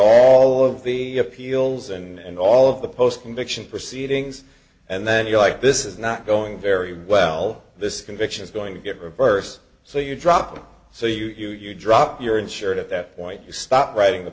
all of the appeals and all of the post conviction proceedings and then you like this is not going very well this conviction is going to get reversed so you drop it so you you drop your insured at that point you stop writing the